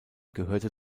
gehörte